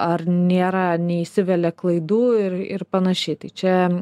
ar nėra neįsivelia klaidų ir ir panašiai tai čia